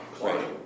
Right